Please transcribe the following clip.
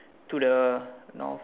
to the North